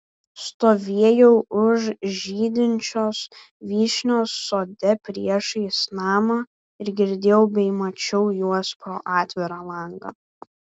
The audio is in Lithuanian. stovėjau už žydinčios vyšnios sode priešais namą ir girdėjau bei mačiau juos pro atvirą langą